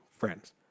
Friends